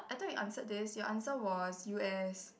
I though you answered this your answer was U_S